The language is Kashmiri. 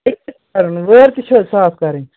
بیٚیہِ کیٛاہ کَرُن وٲر تہِ چھِو حظ صاف کَرٕنۍ